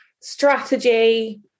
strategy